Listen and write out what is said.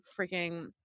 freaking